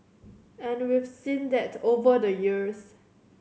and we've seen that over the years